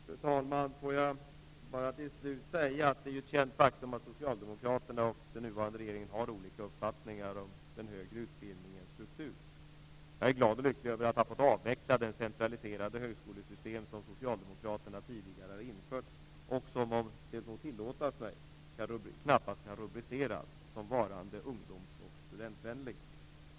Fru talman! Jag vill till slut säga att det är ett känt faktum att Socialdemokraterna och den nuvarande regeringen har olika uppfattningar om den högre utbildningens struktur. Jag är glad och lycklig över att ha fått avveckla det centraliserade högskolesystem som Socialdemokraterna tidigare har infört och som -- om det må tillåtas mig -- knappast kan rubriceras som varande ungdoms och studentvänligt.